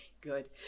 Good